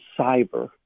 cyber